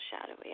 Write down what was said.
shadowy